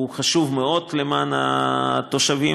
הוא חשוב מאוד למען התושבים.